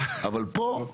אבל פה,